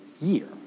year